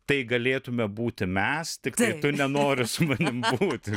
tai galėtume būti mes tiktai tu nenori su manim būti